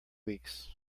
weeks